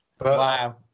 Wow